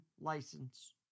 license